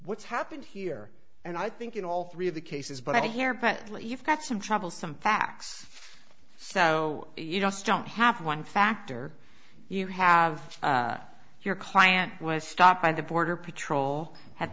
what's happened here and i think in all three of the cases but here presently you've got some trouble some facts so you just don't have one factor you have your client was stopped by the border patrol had